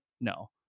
no